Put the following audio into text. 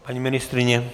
Paní ministryně?